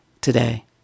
today